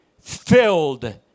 filled